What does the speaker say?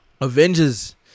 Avengers